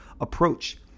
approach